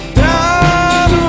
down